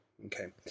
Okay